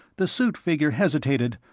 the suited figure hesitated,